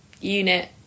unit